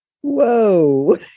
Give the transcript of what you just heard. Whoa